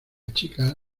chica